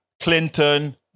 Clinton